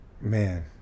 Man